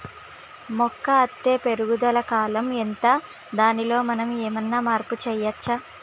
మొక్క అత్తే పెరుగుదల కాలం ఎంత దానిలో మనం ఏమన్నా మార్పు చేయచ్చా?